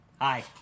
Hi